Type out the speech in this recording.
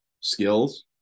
skills